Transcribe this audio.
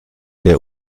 der